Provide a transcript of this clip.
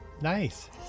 nice